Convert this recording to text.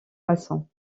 maçons